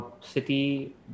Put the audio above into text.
City